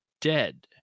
dead